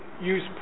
use